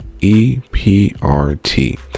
EPRT